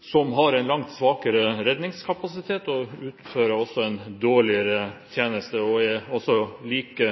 som har en langt svakere redningskapasitet, som utfører en dårligere tjeneste, og som er like